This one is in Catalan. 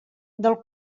del